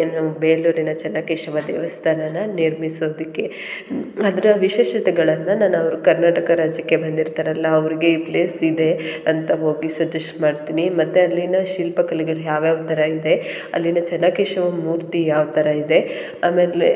ಏನು ಬೇಲೂರಿನ ಚೆನ್ನಕೇಶವ ದೇವಸ್ಥಾನನ ನಿರ್ಮಿಸೋದಕ್ಕೆ ಅದರ ವಿಶೇಷತೆಗಳನ್ನು ನಾನು ಅವ್ರು ಕರ್ನಾಟಕ ರಾಜ್ಯಕ್ಕೆ ಬಂದಿರ್ತಾರಲ್ಲ ಅವ್ರಿಗೆ ಈ ಪ್ಲೇಸ್ ಇದೆ ಅಂತ ಹೋಗಿ ಸಜೆಶ್ಟ್ ಮಾಡ್ತೀನಿ ಮತ್ತು ಅಲ್ಲಿನ ಶಿಲ್ಪಕಲೆಗಳು ಯಾವ್ಯಾವ ಥರ ಇದೆ ಅಲ್ಲಿನ ಚೆನ್ನಕೇಶವ ಮೂರ್ತಿ ಯಾವ ಥರ ಇದೆ ಆಮೇಲೆ